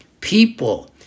people